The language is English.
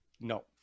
no